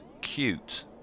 cute